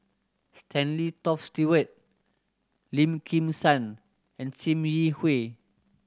Stanley Toft Stewart Lim Kim San and Sim Yi Hui